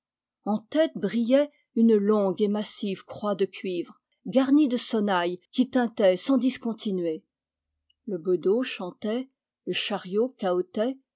en tête brillait une longue et massive croix de cuivre garnie de sonnailles qui tintaient sans discontinuer le bedeau chantait le chariot cahotait